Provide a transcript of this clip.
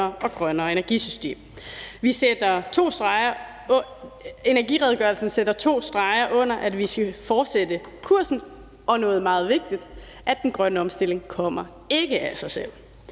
og grønnere energisystem. Energiredegørelsen sætter to streger under, at vi skal fortsætte kursen, og, som noget meget vigtigt, at den grønne omstilling ikke kommer af sig selv.